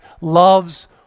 loves